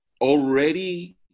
already